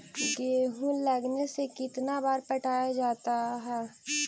गेहूं लगने से कितना बार पटाया जाता है?